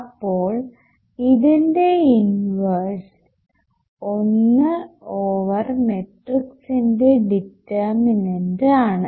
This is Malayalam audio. അപ്പോൾ ഇതിൻറെ ഇൻവേഴ്സ് 1 ഓവർ മെട്രിക്ക്സിന്റെ ഡിറ്റർമിനന്റ് ആണ്